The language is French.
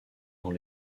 dans